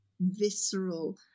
visceral